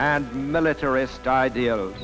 and militarist idea of